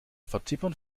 vertippern